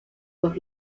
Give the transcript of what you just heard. dos